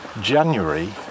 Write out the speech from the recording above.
January